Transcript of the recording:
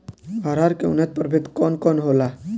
अरहर के उन्नत प्रभेद कौन कौनहोला?